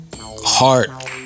heart